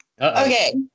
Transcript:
Okay